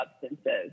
substances